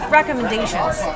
recommendations